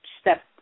step